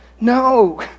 no